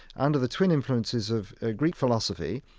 under the twin influences of greek philosophy,